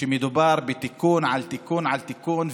מדובר על תיקן על תיקון על תיקון,